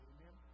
Amen